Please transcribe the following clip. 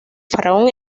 faraón